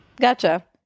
Gotcha